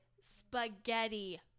spaghetti